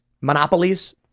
monopolies